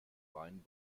wein